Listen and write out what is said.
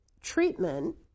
treatment